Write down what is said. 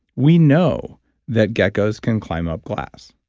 we know that geckos can climb up glass,